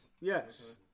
Yes